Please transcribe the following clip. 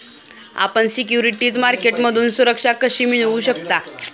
आपण सिक्युरिटीज मार्केटमधून सुरक्षा कशी मिळवू शकता?